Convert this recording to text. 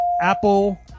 Apple